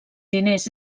diners